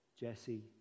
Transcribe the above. Jesse